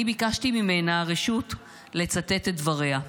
אני ביקשתי ממנה רשות לצטט את דבריה: